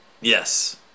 Yes